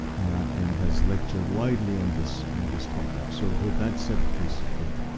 and has lectured widely on this on this topic. so with that, seth, please go ahead.